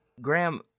Graham